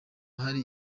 hari